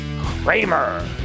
Kramer